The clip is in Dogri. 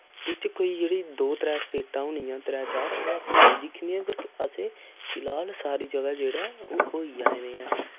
बिच कोई जेह्ड़ी दो त्रै स्टेटां होंनियां त्रै चार ओ अस नेईं दिक्खी दियां पर असें फिलहाल सारी जगह् जेह्ड़ा ऐ ओह् होई आएं दे आं